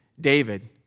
David